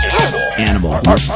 Animal